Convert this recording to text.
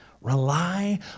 Rely